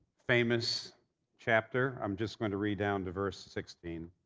famous chapter. i'm just going to read down to verse sixteen.